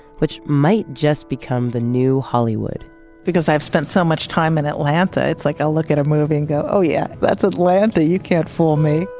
which might just become the new hollywood because i've spent so much time in atlanta like i'll look at a movie and go, oh yeah, that's atlanta. you can't fool me.